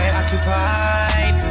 occupied